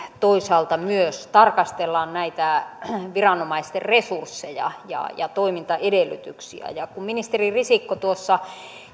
toisaalta myös tarkastellaan näitä viranomaisten resursseja ja ja toimintaedellytyksiä kun ministeri risikko tuossa